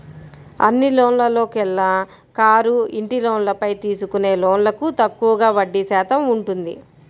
అన్ని లోన్లలోకెల్లా కారు, ఇంటి లోన్లపై తీసుకునే లోన్లకు తక్కువగా వడ్డీ శాతం ఉంటుంది